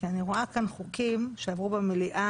כי אני רואה כאן חוקים שעברו במליאה